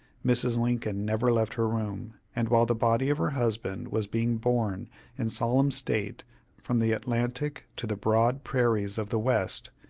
mrs. lincoln never left her room, and while the body of her husband was being borne in solemn state from the atlantic to the broad prairies of the west,